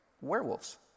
werewolves